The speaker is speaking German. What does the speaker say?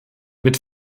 mit